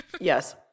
Yes